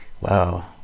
Wow